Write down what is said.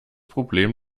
problem